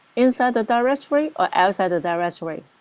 inside the directory? or outside the directory?